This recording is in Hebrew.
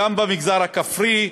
אלא גם במגזר הכפרי,